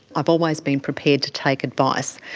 i've always been prepared to take advice.